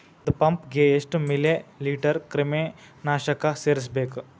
ಒಂದ್ ಪಂಪ್ ಗೆ ಎಷ್ಟ್ ಮಿಲಿ ಲೇಟರ್ ಕ್ರಿಮಿ ನಾಶಕ ಸೇರಸ್ಬೇಕ್?